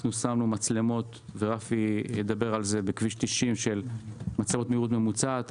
שמנו מצלמות בכביש 90, שמודדות מהירות ממוצעת.